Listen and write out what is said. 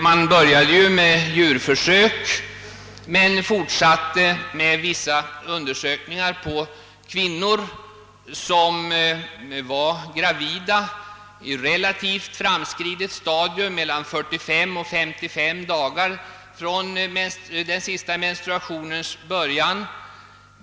Man började med djurförsök, men fortsatte med vissa undersökningar på kvinnor som var gravida i relativt framskridet stadium — mellan 45 och 55 dagar från den sista menstruationens början.